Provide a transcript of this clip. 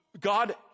God